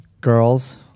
girls